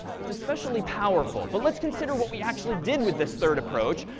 it's especially powerful. but let's consider what we actually did with this third approach.